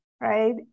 right